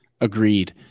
Agreed